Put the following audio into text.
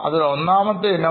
അതിൽ ഒന്നാമത്തെ ഇനം